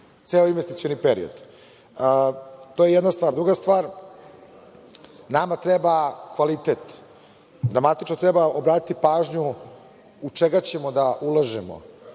ceo investicioni period. To je jedna stvar. Druga stvar nama treba kvalitet. Dramatično treba obratiti pažnju u čega ćemo da ulažemo.